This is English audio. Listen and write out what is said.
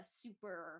super